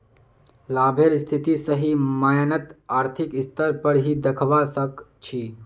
लाभेर स्थिति सही मायनत आर्थिक स्तर पर ही दखवा सक छी